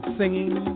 singing